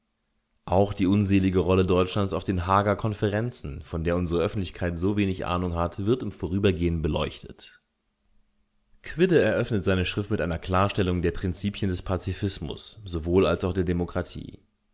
auch die unselige rolle deutschlands auf den haager konferenzen von der unsere öffentlichkeit so wenig ahnung hat wird im vorübergehen beleuchtet quidde eröffnet seine schrift mit einer klarstellung der prinzipien des pazifismus sowohl als auch der demokratie